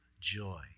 joy